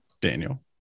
Daniel